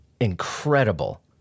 incredible